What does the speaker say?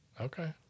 Okay